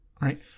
right